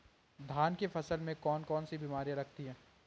धान की फसल में कौन कौन सी बीमारियां लगती हैं?